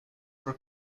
for